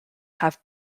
have